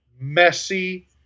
messy